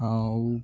ଆଉ